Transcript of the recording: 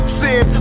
sin